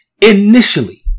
Initially